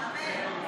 מי שבירך.